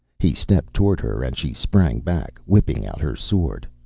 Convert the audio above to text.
he stepped toward her, and she sprang back, whipping out her sword.